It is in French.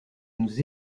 nous